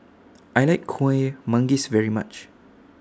I like Kuih Manggis very much